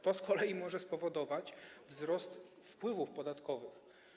To z kolei może spowodować wzrost wpływów podatkowych.